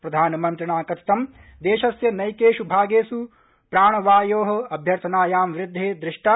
प्रधानमन्त्रिणा कथित देशस्य नैकेषु भागेषु प्राणावयोः अभ्यर्थनायां वृद्धिः दृष्टा